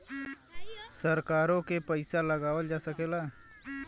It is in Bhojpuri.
सरकारों के पइसा लगावल जा सकेला